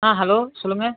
ஆ hello சொல்லுங்கள்